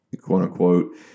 quote-unquote